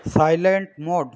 silent mode